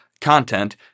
content